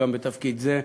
גם בתפקיד זה,